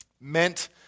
meant